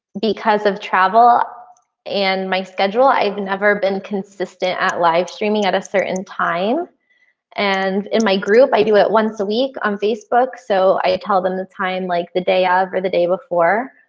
because of travel and my schedule i've never been consistent at live streaming at a certain time and in my group, i do it once a week on facebook. so i tell them the time like the day of or the day before,